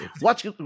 watch